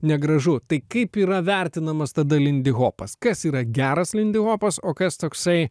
negražu tai kaip yra vertinamas tada lindihopas kas yra geras lindihopas o kas toksai